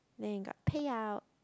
then you got payout